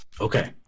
Okay